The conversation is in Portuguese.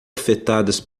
afetadas